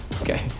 Okay